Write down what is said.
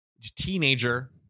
teenager